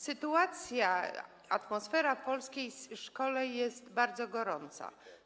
Sytuacja, atmosfera w polskiej szkole jest bardzo gorąca.